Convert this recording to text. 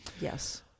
Yes